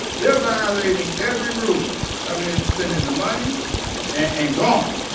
they're violating every rule coming in and spending the money and gone.